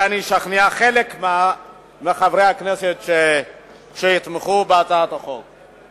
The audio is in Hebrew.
אשכנע חלק מחברי הכנסת שיתמכו בהצעת החוק.